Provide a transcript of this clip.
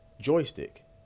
joystick